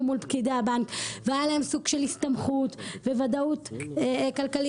מול פקידי הבנק והיה להם סוג של הסתמכות וודאות כלכלית.